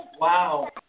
Wow